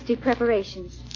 preparations